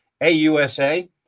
AUSA